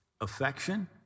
affection